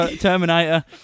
Terminator